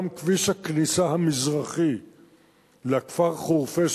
גם כביש הכניסה המזרחי לכפר חורפיש,